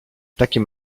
takim